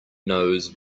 knows